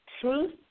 truth